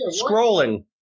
scrolling